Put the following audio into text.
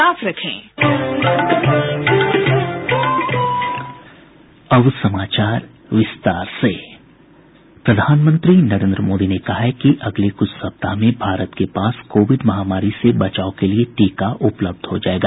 sound bite प्रधानमंत्री नरेन्द्र मोदी ने कहा है कि अगले कुछ सप्ताह में भारत के पास कोविड माहामारी से बचाव के लिए टीका उपलब्ध हो जायेगा